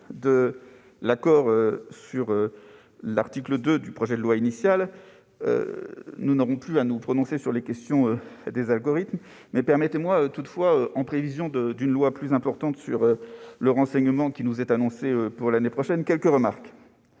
de l'accord sur l'article 2 du projet de loi initial, nous n'aurons plus à nous prononcer sur la question des algorithmes. Permettez-moi cependant, en prévision d'une loi plus importante sur le renseignement qui nous est annoncée pour l'année prochaine, de formuler quelques remarques,